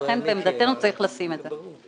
ולכן, לעמדתנו, צריך לשים את זה.